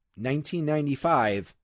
1995